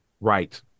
Right